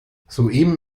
soeben